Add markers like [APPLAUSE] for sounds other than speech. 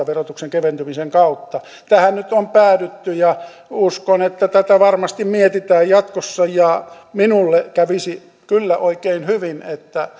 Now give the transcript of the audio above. [UNINTELLIGIBLE] verotuksen keventymisen kautta tähän nyt on päädytty ja uskon että tätä varmasti mietitään jatkossa ja minulle kävisi kyllä oikein hyvin että [UNINTELLIGIBLE]